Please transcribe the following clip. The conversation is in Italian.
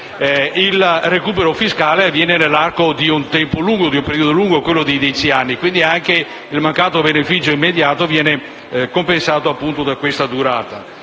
il recupero fiscale avviene nell'arco di un periodo lungo (dieci anni). Il mancato beneficio immediato viene compensato da questa durata.